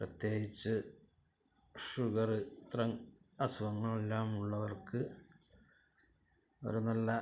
പ്രത്യേകിച്ച് ഷുഗറ് ഇത്രം അസുഖങ്ങളെല്ലാം ഉള്ളവർക്ക് ഒരു നല്ല